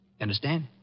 Understand